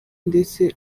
ndetse